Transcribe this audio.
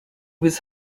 was